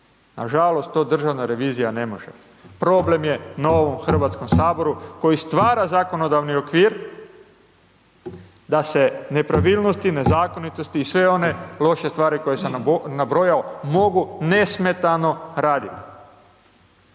nažalost to Državna revizija ne može. Problem je na ovom Hrvatskom saboru, koji stvara zakonodavni okvir, da se nepravilnosti, nezakonitosti i sve one loše stvari koje sam nabrojao mogu nesmetano raditi.